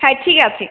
হ্যাঁ ঠিক আছে